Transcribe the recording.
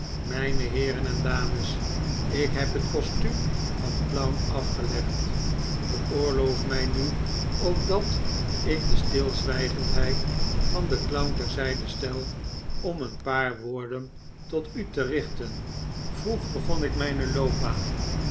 mijne heeren en dames ik heb het kostuum van clown afgelegd veroorloof mij nu ook dat ik de stilzwijgendheid van den clown ter zijde stel om een paar woorden tot u te richten vroeg begon ik mijne loopbaan